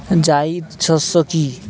জায়িদ শস্য কি?